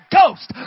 Ghost